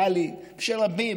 זאת אומרת, גם מבחינתה של טלי, ורבים